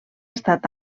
estat